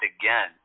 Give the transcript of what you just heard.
again